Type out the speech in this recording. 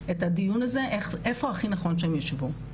הדיון הזה לגבי איפה הכי נכון שהם ישבו.